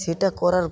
সেটা করার